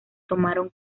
tomaron